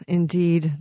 indeed